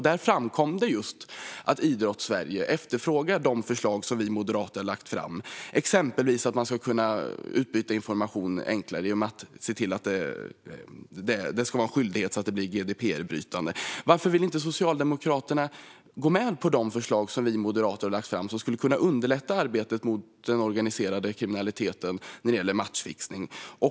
Där framkom det just att Idrottssverige efterfrågar de förslag som vi moderater har lagt fram. Det handlar exempelvis om att man enklare ska kunna utbyta information genom att se till att det ska vara en skyldighet, så att det bryter mot GDPR. Varför vill inte Socialdemokraterna gå med på de förslag som vi moderater har lagt fram, som skulle kunna underlätta arbetet mot den organiserade kriminaliteten när det gäller matchfixning?